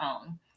own